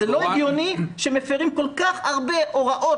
זה לא הגיוני שמפרים כל-כך הרבה הוראות